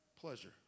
pleasure